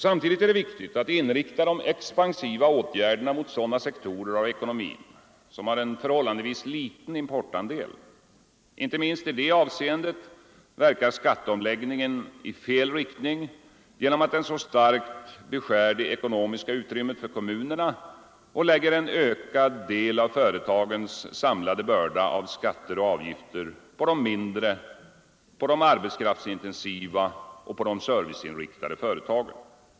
Samtidigt är det viktigt att inrikta de expansiva åtgärderna mot sådana sektorer av ekonomin som har förhållandevis liten importandel. Inte minst i detta avseende verkar skatteomläggningen i fel riktning genom att den så starkt beskär det ekonomiska utrymmet för kommunerna och lägger en ökad del av företagens samlade börda av skatter och avgifter på de mindre, de arbetskraftsintensiva och de serviceinriktade företagen.